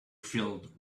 filled